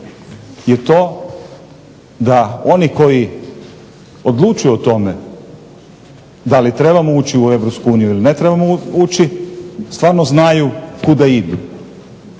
je to da oni koji odlučuju o tome da li trebamo ući u EU ili ne trebamo ući stvarno znaju kuda idu.